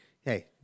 hey